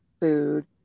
food